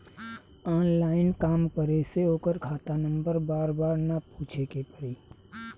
online काम करे से ओकर खाता नंबर बार बार ना पूछे के पड़ी